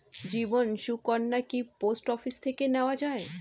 জীবন সুকন্যা কি post office থেকে নেওয়া যায়?